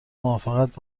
موافقت